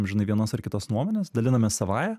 amžinai vienos ar kitos nuomonės dalinamės savąja